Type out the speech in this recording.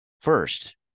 First